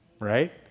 Right